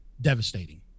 devastating